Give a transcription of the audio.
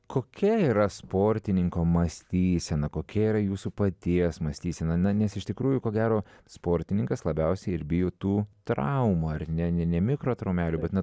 kokia yra sportininko mąstysena kokia yra jūsų paties mąstyse na na nes iš tikrųjų ko gero sportininkas labiausiai ir bijo tų traumų ar ne ne ne mikrotraumelių bet na